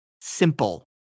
simple